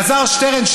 אלעזר שטרן,